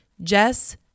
Jess